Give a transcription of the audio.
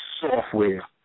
software